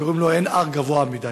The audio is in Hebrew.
שקוראים לו "אין הר גבוה מדי".